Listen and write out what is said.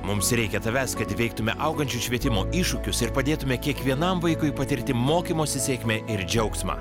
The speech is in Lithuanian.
mums reikia tavęs kad įveiktume augančius švietimo iššūkius ir padėtume kiekvienam vaikui patirti mokymosi sėkmę ir džiaugsmą